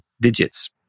digits